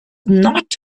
not